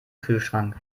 kühlschrank